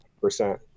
percent